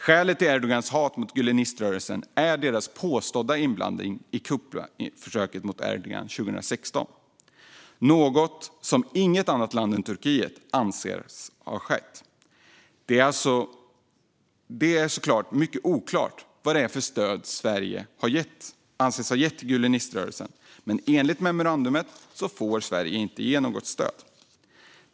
Skälet till Erdogans hat mot Güleniströrelsen är deras påstådda inblandning i kuppförsöket mot Erdogan 2016 - något som inget annat land än Turkiet anser har skett. Det är såklart mycket oklart vad för stöd Sverige kan anses ha gett till Güleniströrelsen, men enligt memorandumet får Sverige inte ge något stöd.